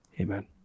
Amen